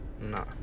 Nah